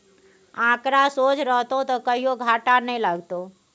आंकड़ा सोझ रहतौ त कहियो घाटा नहि लागतौ